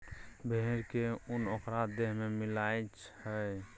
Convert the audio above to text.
भेड़ के उन ओकरा देह से मिलई छई